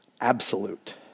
absolute